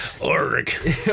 Org